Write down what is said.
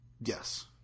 Yes